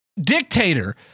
Dictator